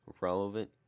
relevant